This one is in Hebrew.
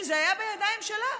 כשזה היה בידיים שלה,